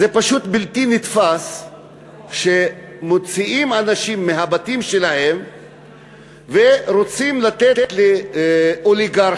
זה פשוט בלתי נתפס שמוציאים אנשים מהבתים שלהם ורוצים לתת לאוליגרכים